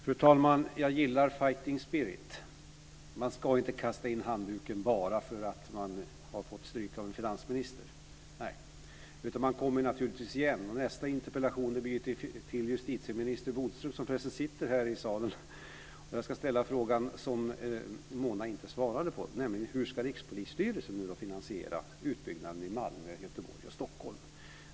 Fru talman! Jag gillar fighting spirit. Man ska inte kasta in handduken bara för att man har fått stryk av en finansminister. Man kommer naturligtvis igen. Nästa interpellation blir till justitieminister Bodström, som förresten sitter här i salen. Jag ska ställa frågan som Mona Sahlin inte svarade på, nämligen hur Rikspolisstyrelsen ska finansiera utbyggnaden i Malmö, Göteborg och Stockholm.